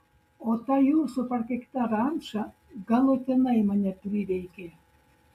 o ta jūsų prakeikta ranča galutinai mane priveikė